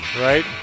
right